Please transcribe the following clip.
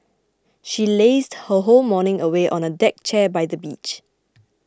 she lazed her whole morning away on a deck chair by the beach